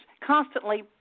constantly